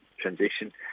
transition